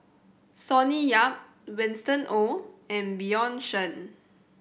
Sonny Yap Winston Oh and Bjorn Shen